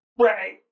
Right